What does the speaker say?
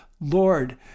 Lord